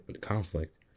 conflict